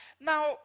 now